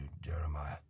Jeremiah